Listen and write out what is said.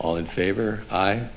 all in favor